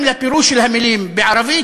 גם לפירוש של המילים בערבית,